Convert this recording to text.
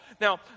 Now